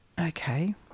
Okay